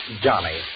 Johnny